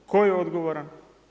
Tko je odgovoran?